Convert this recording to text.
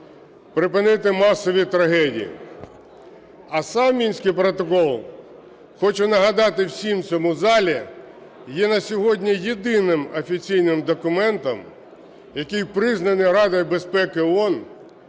припинити масові трагедії, а сам Мінський протокол, хочу нагадати всім у цьому залі, є на сьогодні єдиним офіційним документом, який признаний Радою безпеки ООН,